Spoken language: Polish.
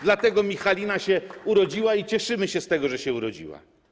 Dzięki temu Michalina się urodziła i cieszymy się z tego, że się urodziła.